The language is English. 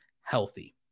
healthy